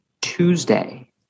Tuesday